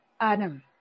Adam